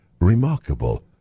remarkable